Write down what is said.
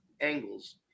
angles